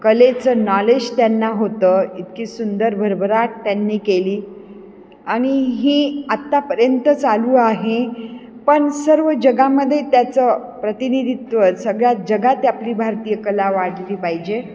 कलेचं नॉलेज त्यांना होतं इतकी सुंदर भरभराट त्यांनी केली आणि ही आत्तापर्यंत चालू आहे पण सर्व जगामध्ये त्याचं प्रतिनिधित्व सगळ्यात जगात आपली भारतीय कला वाढली पाहिजे